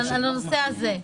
על הנושא הזה,